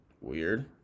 weird